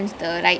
mm